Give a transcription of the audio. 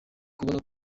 kubona